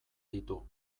ditu